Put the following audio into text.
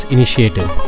Initiative